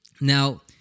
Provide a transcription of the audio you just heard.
now